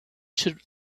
should